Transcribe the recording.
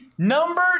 Number